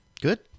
Good